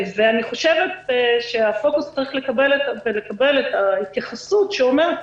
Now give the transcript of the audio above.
אני חושבת שהפוקוס צריך לקבל התייחסות שאומרת